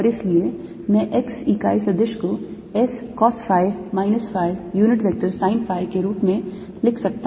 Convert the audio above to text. और इसलिए मैं x इकाई सदिश को S cos phi minus phi unit vector sine phi के के रूप में लिख सकता हूं